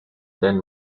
then